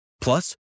Plus